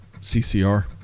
CCR